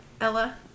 Ella